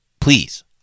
please